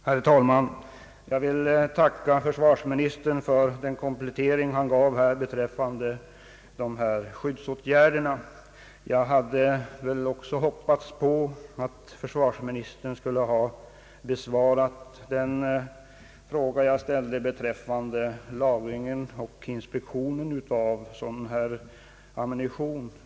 Herr talman! Jag tackar försvarsministern för den komplettering han nu gav beträffande skyddsåtgärderna. Men jag hade väl hoppats att få svar på den fråga jag ställde om lagringen och inspektionen av den aktuella ammunitionen.